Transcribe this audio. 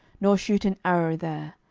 nor shoot an arrow there,